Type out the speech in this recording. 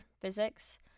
physics